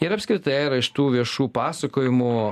ir apskritai ar iš tų viešų pasakojimų